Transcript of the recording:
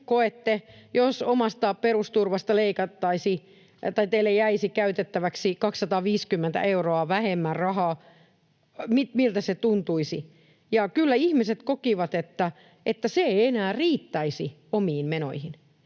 koette, jos omasta perusturvasta leikattaisiin tai teille jäisi käytettäväksi 250 euroa vähemmän rahaa, miltä se tuntuisi, niin kyllä ihmiset kokivat, että se ei enää riittäisi omiin menoihin.